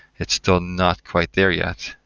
it's still not quite there yet.